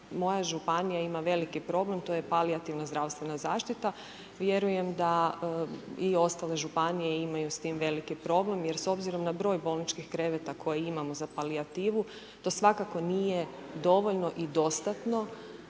moja županija ima veliki problem, to je palijativna zdravstvena zaštita. Vjerujem da i ostale županije imaju s tim veliki problem jer s obzirom na broj bolničkih kreveta koje imamo za palijativu to svakako nije dovoljno i dostatno,